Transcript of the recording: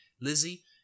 Lizzie